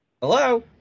Hello